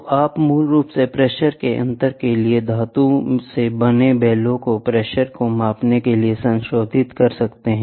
तो आप मूल रूप से प्रेशर के अंतर के लिए धातु से बने बेलो को प्रेशर को मापने के लिए संशोधित कर सकते हैं